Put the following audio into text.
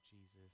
Jesus